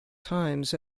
times